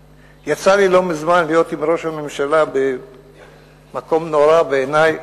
יצא לי לא מזמן להיות עם ראש הממשלה במקום נורא בעיני,